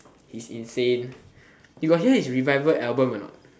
it's insane you got hear his revival album or not